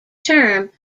term